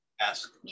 Ask